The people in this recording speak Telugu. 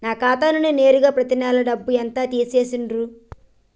నా ఖాతా నుండి నేరుగా పత్తి నెల డబ్బు ఎంత తీసేశిర్రు?